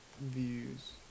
views